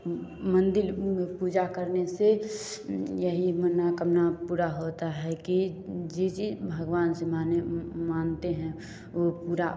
मंदिर पूजा करने से यही मनोकामना पूरा होता है कि जिस भगवान से मानते हैं वह पूरा